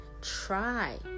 Try